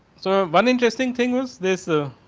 so, one interesting thing was this ah